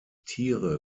tiere